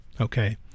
okay